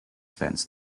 fenced